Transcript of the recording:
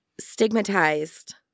stigmatized